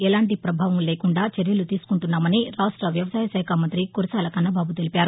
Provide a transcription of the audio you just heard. ఎలాంటి పభావం లేకుండా చర్యలు తీసుకుంటున్నామని రాష్ట వ్యవసాయశాఖా మంత్రి కురసాల కన్నబాబు తెలిపారు